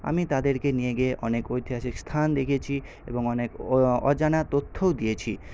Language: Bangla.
আমি তাদেরকে নিয়ে গিয়ে অনেক ঐতিহাসিক স্থান দেখিয়েছি এবং অনেক অজানা তথ্য়ও দিয়েছি